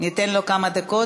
ניתן לו כמה דקות,